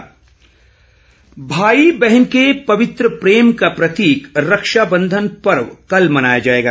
रक्षा बंधन भाई बहन के पवित्र प्रेम का प्रतीक रक्षाबंधन पर्व कल मनाया जाएगा